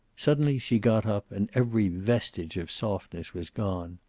suddenly she got up, and every vestige of softness was gone.